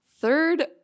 third